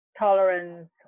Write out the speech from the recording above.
tolerance